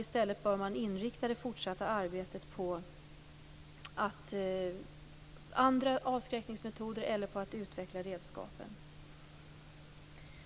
I stället bör det fortsatta arbetet inriktas på andra avskräckningsmetoder eller på att utveckla redskapen.